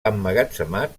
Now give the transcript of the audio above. emmagatzemat